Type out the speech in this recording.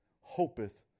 hopeth